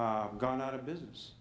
e gone out of business